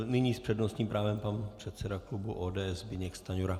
Nyní s přednostním právem pan předseda klubu ODS Zbyněk Stanjura.